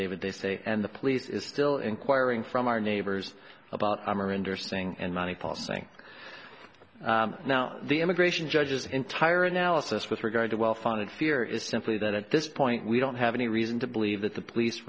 affidavit they say and the police is still inquiring from our neighbors about armor interesting and money paul saying now the immigration judges entire analysis with regard to well founded fear is simply that at this point we don't have any reason to believe that the police